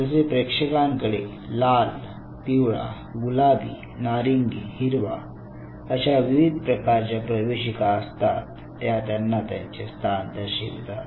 जसे प्रेक्षकांकडे लाल पिवळा गुलाबी नारिंगी हिरवा अशा विविध प्रकारच्या प्रवेशिका असतात ज्या त्यांना त्यांचे स्थान दर्शवितात